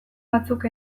batzuk